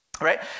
right